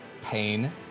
Pain